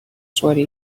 sweaty